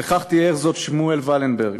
וכך תיאר זאת שמואל וילנברג: